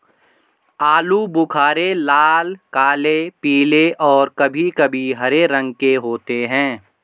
आलू बुख़ारे लाल, काले, पीले और कभी कभी हरे रंग के होते हैं